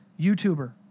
YouTuber